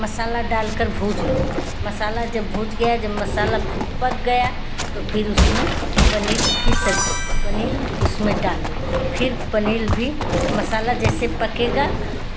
मसला डाल कर भुज लो मसाला जब भुज गया जब मसाला खूब पक गया तो फिर उसमें पनीर की सब पनीर उसमें डाल दो फिर पनीर भी मसाला जैसे पकेगा